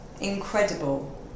incredible